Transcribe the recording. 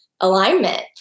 alignment